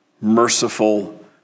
merciful